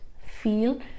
feel